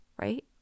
right